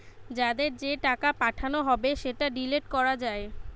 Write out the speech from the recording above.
যাদের যে টাকা পাঠানো হবে সেটা ডিলিট করা যায়